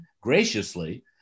graciously